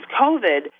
COVID